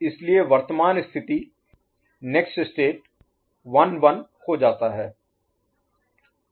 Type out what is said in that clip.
इसलिए वर्तमान स्थिति नेक्स्ट स्टेट 1 1 हो जाता है